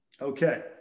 Okay